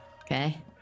Okay